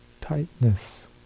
tightness